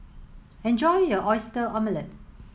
enjoy your oyster omelette